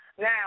Now